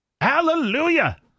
Hallelujah